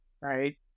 right